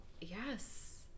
yes